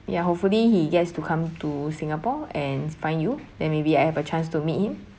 ya hopefully he gets to come to singapore and find you then maybe I have a chance to meet him